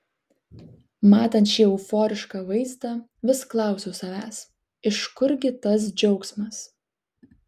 matant šį euforišką vaizdą vis klausiau savęs iš kur gi tas džiaugsmas